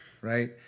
Right